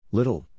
Little